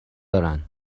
دارن